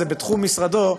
זה בתחום משרדו,